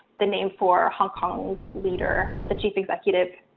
the name for hong kong's leader. the chief executive,